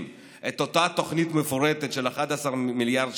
את אותה תוכנית מפורטת של 11 מיליארד שקלים,